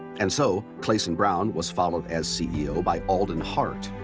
and so cleyson brown was followed as ceo by alden hart.